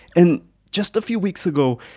and just a few weeks ago,